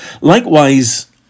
Likewise